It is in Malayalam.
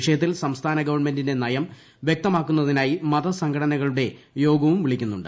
വിഷയത്തിൽ സംസ്ഥാന ഗവൺമെന്റിന്റെ നയം വ്യക്തമാക്കുന്നതിനായി മതസംഘടനകളുടെ യോഗവും വിളിക്കുന്നുണ്ട്